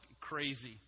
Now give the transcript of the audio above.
crazy